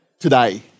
Today